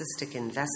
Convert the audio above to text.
investment